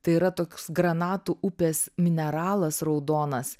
tai yra toks granatų upės mineralas raudonas